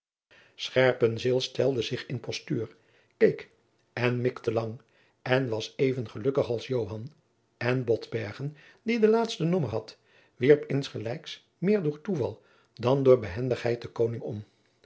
stelde zich in postuur keek en jacob van lennep de pleegzoon mikte lang en was even gelukkig als joan en botbergen die het laatste nommer had wierp insgelijks meer door toeval dan door behendigheid den koning om